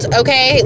okay